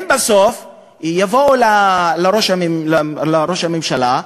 הם בסוף יבואו לראש הממשלה,